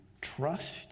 trust